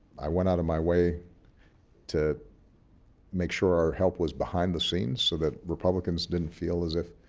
i went out of my way to make sure our help was behind the scenes so that republicans didn't feel as if